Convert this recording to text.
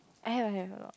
I have I have a lot